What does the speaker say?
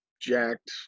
jacked